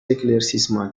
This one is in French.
éclaircissements